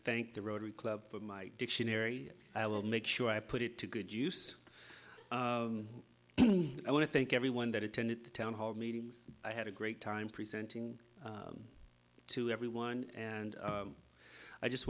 thank the rotary club for my dictionary i will make sure i put it to good use i want to thank everyone that attended the town hall meeting i had a great time presenting to everyone and i just